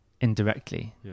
indirectly